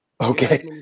Okay